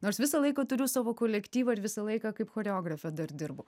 nors visą laiką turiu savo kolektyvą ir visą laiką kaip choreografė dar dirbu